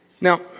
Now